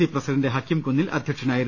C president ഹക്കീംകുന്നിൽ അധ്യക്ഷനായിരുന്നു